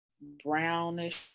brownish